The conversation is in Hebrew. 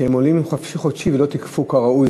שהם עולים עם "חופשי חודשי" ולא תיקפו כראוי,